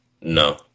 No